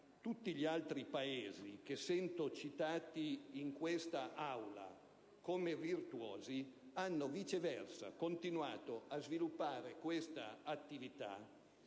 tutti gli altri Paesi, che sento citati in quest'Aula come virtuosi, hanno viceversa continuato a sviluppare questa attività,